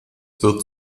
wird